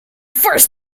first